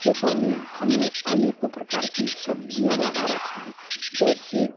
खेतों में हमने अनेकों प्रकार की सब्ज़ियाँ लगा रखी हैं जैसे